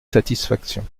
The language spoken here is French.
satisfaction